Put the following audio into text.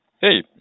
Hey